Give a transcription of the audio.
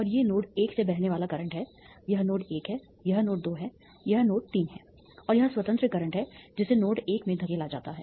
और ये नोड 1 से बहने वाला करंट हैं यह नोड 1 है यह नोड 2 है यह नोड 3 है और यह स्वतंत्र करंट है जिसे नोड 1 में धकेला जाता है